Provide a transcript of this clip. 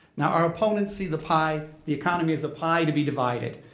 now, our opponents see the pie, the economy as a pie to be divided.